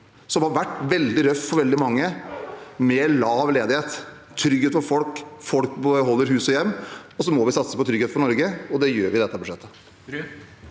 som har vært veldig røff for veldig mange – med lav ledighet og med trygghet for folk. Folk beholder hus og hjem. Og så må vi satse på trygghet for Norge, og det gjør vi i dette budsjettet.